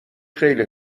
خیلی